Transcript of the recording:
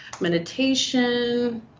meditation